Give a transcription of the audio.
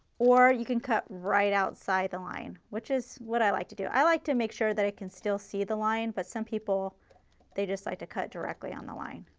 or you can cut right outside the line, which is what i like to do, i like to make sure that i can still see the line but some people they just like to cut directly on the line.